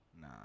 Nah